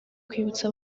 kwibutsa